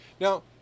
now